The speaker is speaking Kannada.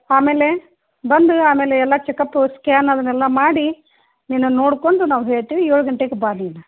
ಆಮೇಲೆ ಬಂದು ಆಮೇಲೆ ಎಲ್ಲ ಚೆಕಪ್ಪು ಸ್ಕ್ಯಾನ್ ಅದನ್ನೆಲ್ಲ ಮಾಡಿ ನಿನ್ನನ್ನು ನೋಡಿಕೊಂಡು ನಾವು ಹೇಳ್ತೇವೆ ಏಳು ಗಂಟೆಗ್ ಬಾ ನೀನು